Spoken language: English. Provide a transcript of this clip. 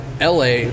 LA